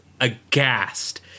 aghast